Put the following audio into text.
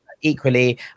Equally